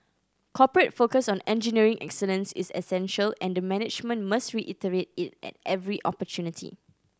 corporate focus on engineering excellence is essential and the management must reiterate it at every opportunity